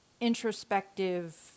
introspective